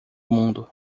mundo